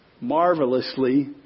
marvelously